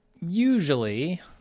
Usually